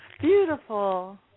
Beautiful